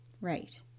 Right